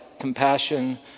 compassion